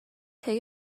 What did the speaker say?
take